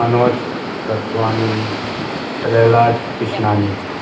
Manoj Prathvani Prahlaj Krishnani